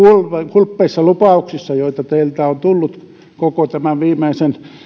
hulppeissa lupauksissa joita teiltä on tullut koko tämän viimeisen